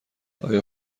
آیا